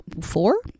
four